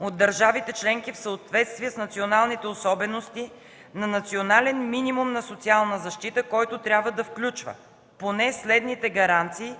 от държавите членки в съответствие с националните особености на Национален минимум на социална защита, който трябва да включва поне следните гаранции